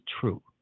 true